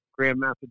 Grandmaster